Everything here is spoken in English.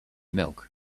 milk